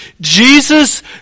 Jesus